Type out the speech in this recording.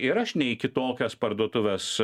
ir aš ne į kitokias parduotuves